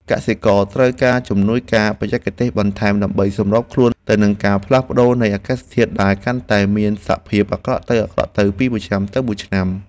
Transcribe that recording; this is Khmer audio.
កសិករត្រូវការជំនួយបច្ចេកទេសបន្ថែមដើម្បីសម្របខ្លួនទៅនឹងការផ្លាស់ប្តូរនៃអាកាសធាតុដែលកាន់តែមានសភាពអាក្រក់ទៅៗពីមួយឆ្នាំទៅមួយឆ្នាំ។